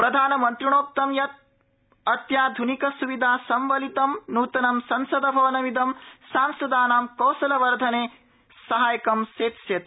प्रधानमन्त्रिणोक्तं यत् अत्याध्निक सुविधा सम्वलितं नूतनं संसद् भवनमिदं सांसदानां कौशलवर्धने सहायकं सेत्स्यति